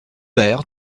maire